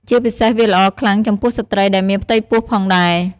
ជាពិសេសវាល្អខ្លាំងចំពោះស្រ្តីដែលមានផ្ទៃពោះផងដែរ។